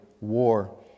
war